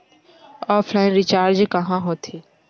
Offline recharge कहां होथे?